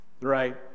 Right